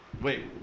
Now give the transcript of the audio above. Wait